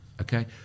okay